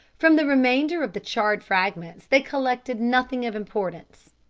from the remainder of the charred fragments they collected nothing of importance.